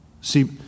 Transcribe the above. See